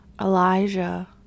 Elijah